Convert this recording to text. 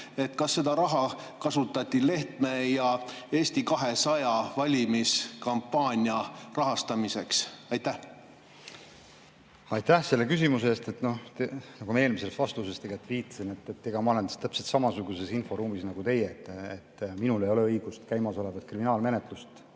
et seda raha kasutati Lehtme ja Eesti 200 valimiskampaania rahastamiseks? Aitäh selle küsimuse eest! Nagu ma eelmises vastuses viitasin, siis ma olen täpselt samasuguses inforuumis nagu teie. Minul ei ole õigust käimasolevat kriminaalmenetlust